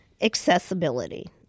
accessibility